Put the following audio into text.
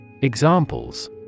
Examples